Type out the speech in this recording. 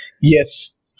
Yes